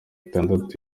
itandatu